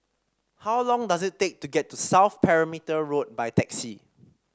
how long does it take to get to South Perimeter Road by taxi